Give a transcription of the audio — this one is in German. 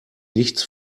nichts